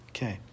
Okay